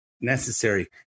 necessary